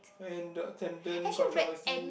and the then the controversies